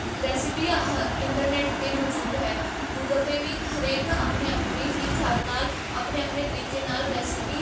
recipe ਹਾ internet 'ਤੇ ਮੌਜੂਦ ਹੈ ਗੂਗਲ 'ਤੇ ਵੀ ਹਰੇਕ ਆਪਣੇ ਆਪਣੇ ਹੀ ਖਿਆਲ ਨਾਲ ਆਪਣੇ ਆਪਣੇ ਤਰੀਕੇ ਨਾਲ ਰੈਸਿਪੀ